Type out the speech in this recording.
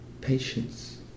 patience